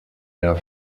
der